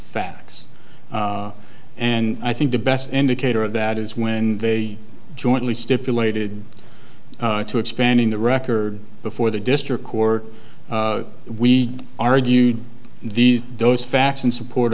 facts and i think the best indicator of that is when they jointly stipulated to expanding the record before the district court we argued these those facts in support